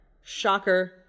Shocker